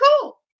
cool